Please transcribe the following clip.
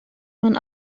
man